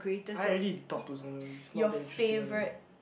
I already to talk to someone it's not that interesting anyway